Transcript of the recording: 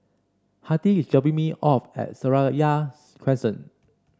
Hattie is dropping me off at Seraya Crescent